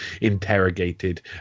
interrogated